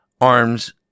arms